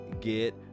get